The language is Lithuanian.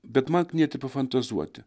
bet man knieti pafantazuoti